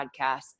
podcast